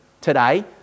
today